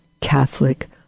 Catholic